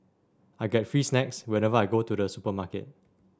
I get free snacks whenever I go to the supermarket